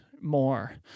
more